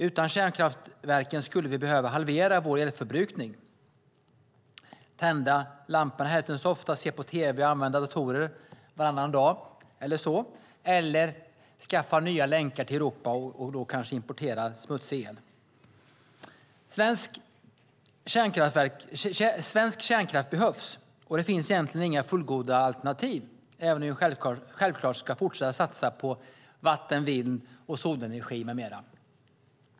Utan kärnkraftverken skulle vi behöva halvera vår elförbrukning: tända lamporna hälften så ofta, se på tv och använda datorer bara varannan dag eller så - eller skaffa nya länkar till Europa och då kanske importera smutsig el. Svensk kärnkraft behövs, och det finns egentligen inga fullgoda alternativ även om vi självklart ska fortsätta satsa på vatten-, vind och solenergi med mera.